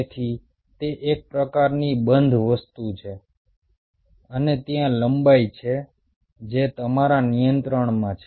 તેથી તે એક પ્રકારની બંધ વસ્તુ છે અને ત્યાં લંબાઈ છે જે તમારા નિયંત્રણમાં છે